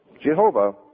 Jehovah